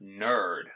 Nerd